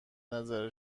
نظر